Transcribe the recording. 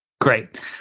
Great